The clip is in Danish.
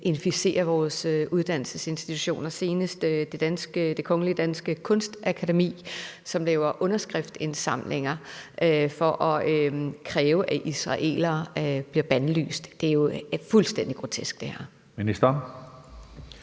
inficerer vores uddannelsesinstitutioner, senest Det Kongelige Danske Kunstakademi, hvor man laver underskriftindsamlinger for at kræve, at israelere bliver bandlyst. Det er jo fuldstændig grotesk. Kl.